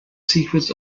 secrets